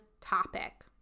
topic